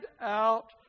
out